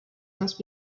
must